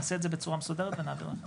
נעשה את זה בצורה מסודרת ונעביר לכם.